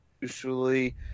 usually